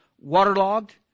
waterlogged